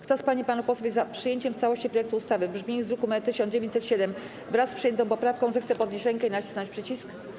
Kto z pań i panów posłów jest za przyjęciem całości projektu ustawy w brzmieniu z druku nr 1907, wraz z przyjętą poprawką, zechce podnieść rękę i nacisnąć przycisk.